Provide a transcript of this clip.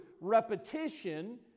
repetition